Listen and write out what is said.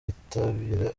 bitabira